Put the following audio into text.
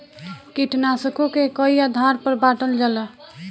कीटनाशकों के कई आधार पर बांटल जाला